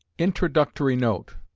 introductory note